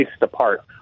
apart